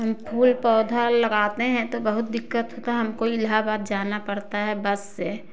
हम फूल पौधा लगाते हैं तो बहुत दिक़्क़त होता है हमको इलाहाबाद जाना पड़ता है बस से